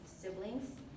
siblings